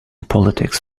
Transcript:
politics